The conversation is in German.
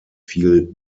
viel